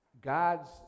God's